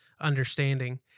understanding